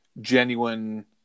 genuine